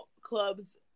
clubs